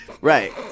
Right